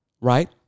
right